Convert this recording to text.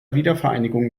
wiedervereinigung